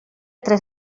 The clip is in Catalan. tres